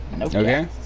Okay